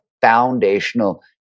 foundational